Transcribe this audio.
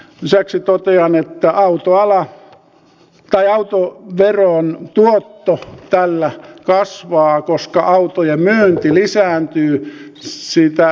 lisäksi totean että autoveron tuotto kasvaa tällä koska autojen myynti lisääntyy siitä